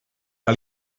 que